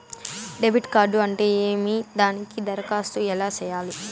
debit card అంటే ఏమి దానికి దరఖాస్తు ఎలా సేయాలి